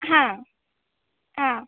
ಹಾಂ ಹಾಂ